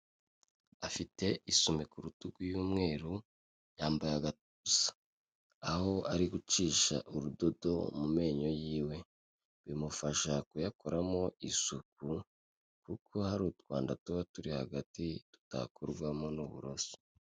Afite isume ku rutugu y'umweru, yambaye ubusa. Aho ari gucisha urudodo mu menyo yiwe, bimufasha kuyakoramo isuku, kuko hari utwanda tuba turi hagati, tutakurwamo n'uburoso.